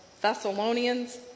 Thessalonians